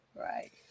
Right